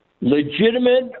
Legitimate